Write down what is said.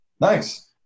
Nice